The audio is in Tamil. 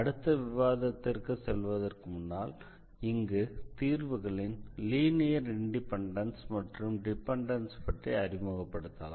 அடுத்த விவாதத்திற்கு செல்வதற்கு முன்னால் இங்கு தீர்வுகளின் லீனியர் இண்டிபெண்டன்ஸ் மற்றும் டிபெண்டன்ஸ் பற்றி அறிமுகப்படுத்தலாம்